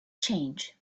change